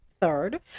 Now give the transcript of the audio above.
Third